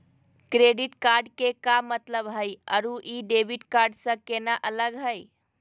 Credit card के का मतलब हई अरू ई डेबिट कार्ड स केना अलग हई?